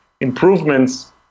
improvements